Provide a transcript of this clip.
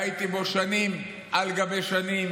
והייתי בו שנים על גבי שנים,